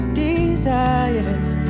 desires